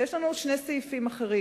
ויש לנו עוד שני סעיפים אחרים.